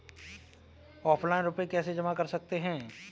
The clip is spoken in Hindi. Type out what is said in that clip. ऑफलाइन रुपये कैसे जमा कर सकते हैं?